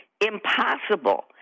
Impossible